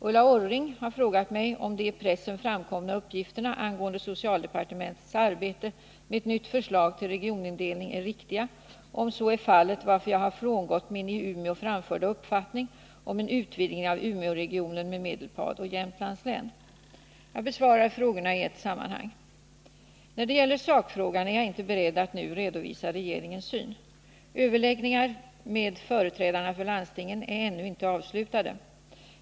Ulla Orring har frågat mig om de i pressen framkomna uppgifterna angående socialdepartementets arbete med ett nytt förslag till regionindelning är riktiga och, om så är fallet, varför jag har frångått min i Umeå framförda uppfattning om en utvidgning av Umeåregionen med Medelpad och Jämtlands län. Jag besvarar frågorna i ett sammanhang. När det gäller sakfrågan är jag inte beredd att nu redovisa regeringens syn. Överläggningarna med företrädarna för landstingen är ännu inte avslutade.